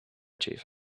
chief